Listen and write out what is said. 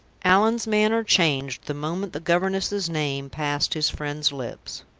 allan's manner changed the moment the governess's name passed his friend's lips.